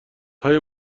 های